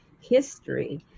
history